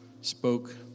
spoke